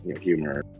humor